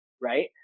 right